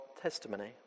testimony